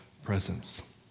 presence